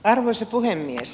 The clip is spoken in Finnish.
arvoisa puhemies